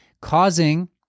causing